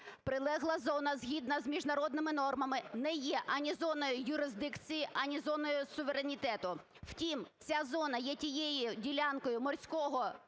Прилегла зона згідно з міжнародними нормами не є ані зоною юрисдикції, ані зоною суверенітету. Втім ця зона є тією ділянкою морського